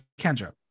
Kendra